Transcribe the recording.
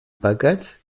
paquets